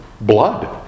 blood